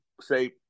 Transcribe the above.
say